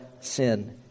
sin